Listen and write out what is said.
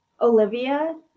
Olivia